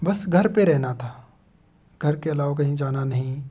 बस घर पर रहना था घर के अलावा कहीं जाना नहीं